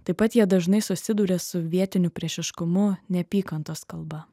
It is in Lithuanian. taip pat jie dažnai susiduria su vietinių priešiškumu neapykantos kalba